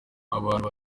abantu